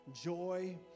joy